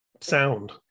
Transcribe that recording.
sound